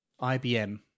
IBM